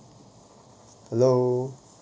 hello